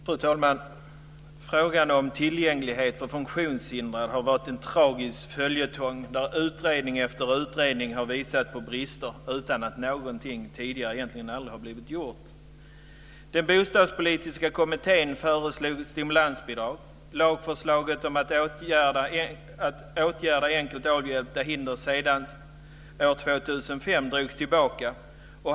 Fru talman! Frågan om tillgänglighet för funktionshindrade har varit en tragisk följetong där utredning efter utredning har visat brister utan att någonting egentligen aldrig har blivit gjort. Den bostadspolitiska kommittén föreslog ett stimulansbidrag. Lagförslaget om att åtgärda enkelt avhjälpta hinder senast år 2005 drogs tillbaka.